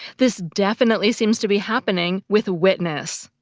this definitely seems to be happening with witness.